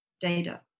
data